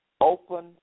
Open